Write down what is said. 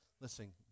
Listen